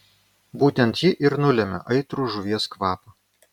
būtent ji ir nulemia aitrų žuvies kvapą